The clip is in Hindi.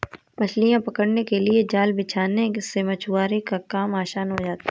मछलियां पकड़ने के लिए जाल बिछाने से मछुआरों का काम आसान हो जाता है